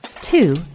Two